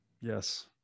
yes